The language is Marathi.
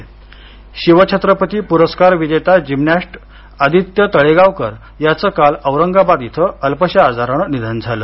खेळाडू निधन शिवछत्रपती पुरस्कार विजेता जिम्नॅस्ट आदित्य तळेगावकर याचं काल औरंगाबाद इथं अल्पशा आजारानं निधन झालं